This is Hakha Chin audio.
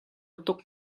tuk